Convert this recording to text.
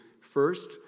First